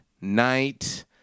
night